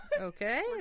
okay